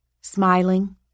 smiling